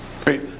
Great